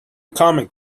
comet